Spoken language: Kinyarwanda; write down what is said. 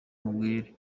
nkubwire